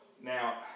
Now